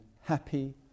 happy